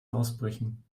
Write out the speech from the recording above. ausbrüchen